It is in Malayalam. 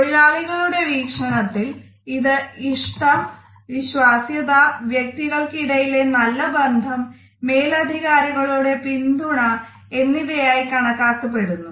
തൊഴിലാളികളുടെ വീക്ഷണത്തിൽ ഇത് ഇഷ്ടം വിശ്വാസ്യത വ്യക്തികൾക്ക് ഇടയിലെ നല്ല ബന്ധം മേലധികാരികളുടെ പിന്തുണ എന്നിവയായി കാണപ്പെടുന്നു